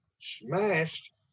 smashed